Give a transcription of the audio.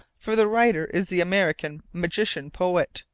for the writer is the american magician-poet,